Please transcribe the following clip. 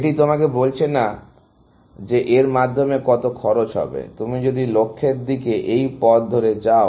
এটি তোমাকে বলছে না যে এর মাধ্যমে কত খরচ হবে যদি তুমি লক্ষ্যের দিকে এই পথ ধরে যাও